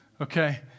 Okay